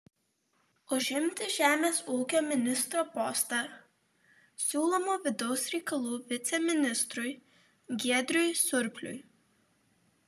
užimti žemės ūkio ministro postą siūloma vidaus reikalų viceministrui giedriui surpliui